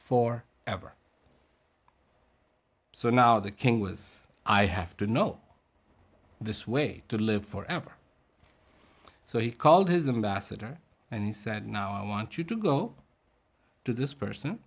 for ever so now the king was i have to know this way to live forever so he called his a master and said now i want you to go to this person